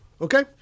Okay